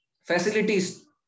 facilities